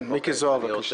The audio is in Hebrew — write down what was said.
מיקי זוהר, בבקשה.